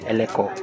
Eleko